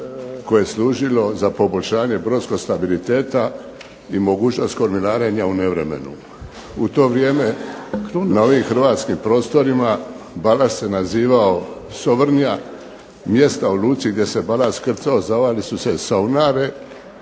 koje je služilo za poboljšanje brodskog stabiliteta i mogućnost kormilarenja u nevremenu. U to vrijeme na ovim hrvatskim prostorima balast se nazivao sovrnja, mjesta u luci gdje se balast krcao zvali su saunare,